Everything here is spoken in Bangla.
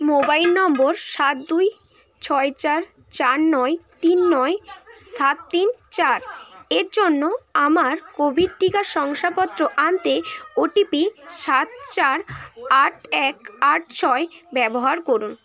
মোবাইল নম্বর সাত দুই ছয় চার চার নয় তিন নয় সাত তিন চার এর জন্য আমার কোভিড টিকা শংসাপত্র আনতে ওটিপি সাত চার আট এক আট ছয় ব্যবহার করুন